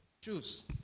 choose